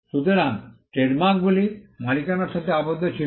সুতরাং ট্রেডমার্কগুলি মালিকানার সাথে আবদ্ধ ছিল